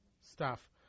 staff